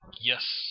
Yes